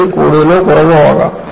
അതിൽ കൂടുതലോ കുറവോ ആകാം